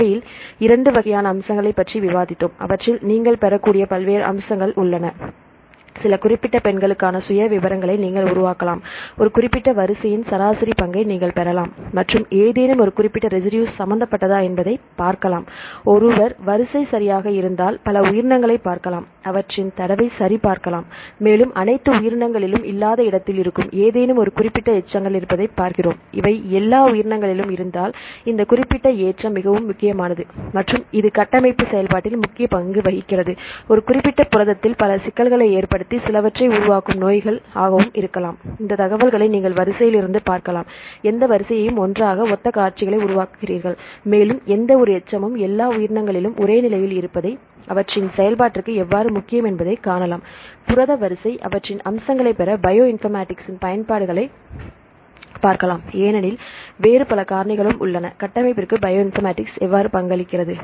கலவையில் இரண்டு வகையான அம்சங்களைப் பற்றி விவாதித்தோம் அவற்றில் நீங்கள் பெறக்கூடிய பல்வேறு அம்சங்கள் உள்ளன சில குறிப்பிட்ட பெண்களுக்கான சுய விபரங்களை நீங்கள் உருவாக்கலாம் ஒரு குறிப்பிட்ட வரிசையின் சராசரி பங்கை நீங்கள் பெறலாம் மற்றும் ஏதேனும் ஒரு குறிப்பிட்ட ரஸிடுஸ் சம்பந்தப்பட்டதா என்பதை பார்க்கலாம் ஒருவர் வரிசை சரியாக இருந்தால் பல உயிரினங்களை பார்க்கலாம் அவற்றின் தடவை சரி பார்க்கலாம் மேலும் அனைத்து உயிரினங்களிலும் இல்லாத இடத்தில் இருக்கும் ஏதேனும் ஒரு குறிப்பிட்ட எச்சங்கள் இருப்பதை பார்க்கிறோம் இவை எல்லா உயிரினங்களிலும் இருந்தால் இந்த குறிப்பிட்ட ஏற்றம் மிகவும் முக்கியமானது மற்றும் இது கட்டமைப்பு செயல்பாட்டில் முக்கிய பங்கு வகிக்கிறது ஒரு குறிப்பிட்ட புரதத்தில் பல சிக்கல்களை ஏற்படுத்தி சிலவற்றை உருவாக்கும் நோய்கள் ஆகவும் இருக்கலாம் இந்த தகவல்களை நீங்கள் வரிசையிலிருந்து பார்க்கலாம் எந்த வரிசையையும் ஒன்றாக ஒத்த காட்சிகளை உருவாக்குகிறீர்கள் மேலும் எந்த ஒரு எச்சமும் எல்லா உயிரினங்களிலும் ஒரே நிலையில் இருப்பதை அவற்றின் செயல்பாட்டிற்கு எவ்வாறு முக்கியம் என்பதையும் காணலாம் புரத வரிசை அவற்றின் அம்சங்களை பெற பயோ இன்பர்மேட்டிக்ஸ்இன் பயன்பாடுகளை பார்க்கலாம் ஏனெனில் வேறு பல காரணிகளும் உள்ளன கட்டமைப்பிற்கு பயோ இன்பர்மேட்டிக்ஸ் எவ்வாறு பங்களிக்கிறது